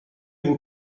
vous